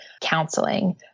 counseling